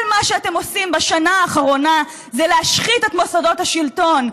כל מה שאתם עושים בשנה האחרונה זה להשחית את מוסדות השלטון,